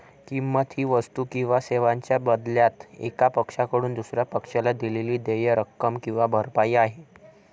किंमत ही वस्तू किंवा सेवांच्या बदल्यात एका पक्षाकडून दुसर्या पक्षाला दिलेली देय रक्कम किंवा भरपाई आहे